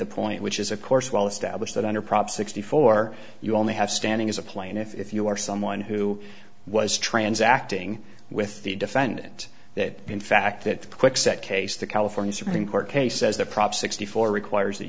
the point which is of course well established that under prop sixty four you only have standing as a plane if you are someone who was transacting with the defendant that in fact that kwikset case the california supreme court case says that prop sixty four requires that